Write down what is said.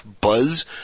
buzz